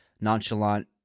nonchalant